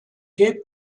cape